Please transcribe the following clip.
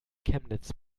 chemnitz